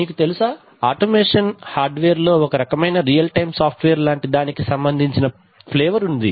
నీకు తెలుసా automation hardware లో ఒక రకమైన hardware real time software లాంటి దానికి సంబందించిన ఫ్లేవర్ ఉంది